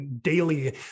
daily